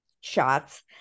shots